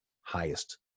highest